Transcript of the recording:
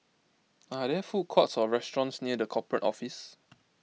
are there food courts or restaurants near the Corporate Office